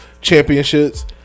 championships